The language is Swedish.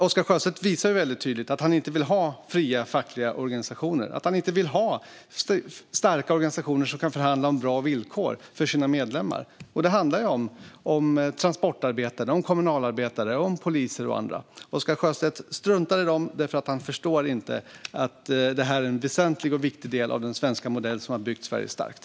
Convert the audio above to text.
Oscar Sjöstedt visar tydligt att han inte vill ha fria fackliga organisationer och att han inte vill ha starka organisationer som kan förhandla om bra villkor för sina medlemmar. Det handlar om transportarbetare, kommunalarbetare, poliser och andra. Oscar Sjöstedt struntar i dem därför att han inte förstår att det här är en väsentlig och viktig del av den svenska modell som har byggt Sverige starkt.